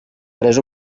tres